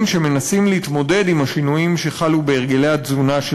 שמנסים להתמודד עם השינויים שחלו בהרגלי התזונה של